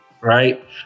right